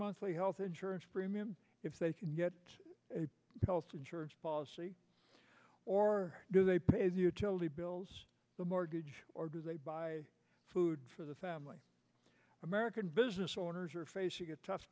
monthly health insurance premium if they can get a health insurance policy or do they pay the utility bills the mortgage or do they buy food for the family american business owners are facing a tough